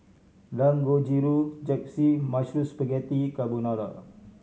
Dangojiru Japchae Mushroom Spaghetti Carbonara